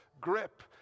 grip